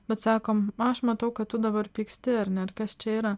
bet sakom aš matau kad tu dabar pyksti ar ne ir kas čia yra